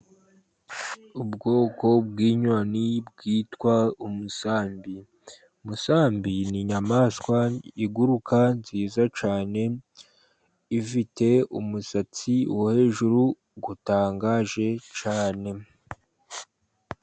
Ubwoko bw'inyoni bwitwa umusambi, umusambi ni inyamaswa iguruka nziza cyane, ifite umusatsi wo hejuru utangaje cyane.